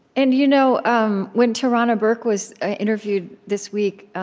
and you know um when tarana burke was ah interviewed this week,